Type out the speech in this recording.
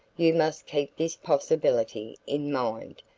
you must keep this possibility in mind,